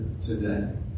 today